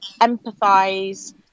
empathize